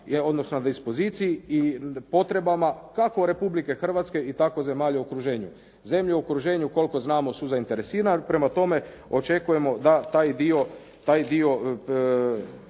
odnosno na dispoziciji i potrebama kako Republike Hrvatske i tako zemlja u okruženju. Zemlje u okuženju koliko znamo su zainteresirane prema tome očekujemo da taj dio